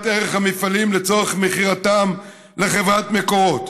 ערך המפעלים לצורך מכירתם לחברת מקורות.